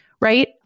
Right